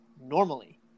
normally